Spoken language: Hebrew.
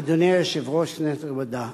אדוני היושב-ראש, כנסת נכבדה,